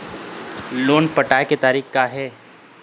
Loan पटाए के तारीख़ का हे?